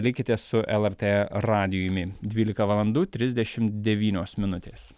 likite su lrt radijumi dvylika valandų trisdešim devynios minutės